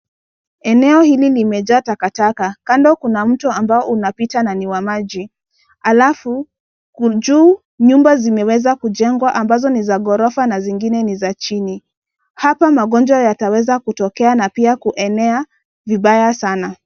Eneo hili limejaa takataka, kando kuna mto ambao unapita na ni wa maji, halafu, juu nyumba zimeweza kujengwa ambazo ni za ghorofa na zingine ni za chini. Hapa magonjwa yataweza kutokea, na pia kuenea, vibaya sana.